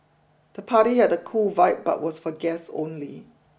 the party had a cool vibe but was for guests only